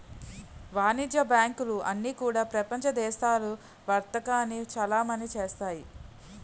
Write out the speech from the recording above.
వాణిజ్య బ్యాంకులు అన్నీ కూడా ప్రపంచ దేశాలకు వర్తకాన్ని చలామణి చేస్తాయి